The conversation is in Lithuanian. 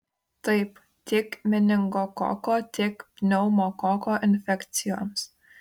taip tiek meningokoko tiek pneumokoko infekcijoms